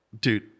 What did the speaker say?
dude